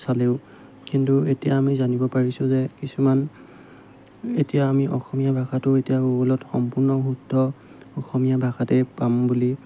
চালেও কিন্তু এতিয়া আমি জানিব পাৰিছোঁ যে কিছুমান এতিয়া আমি অসমীয়া ভাষাটো এতিয়া গুগলত সম্পূৰ্ণ শুদ্ধ অসমীয়া ভাষাতে পাম বুলি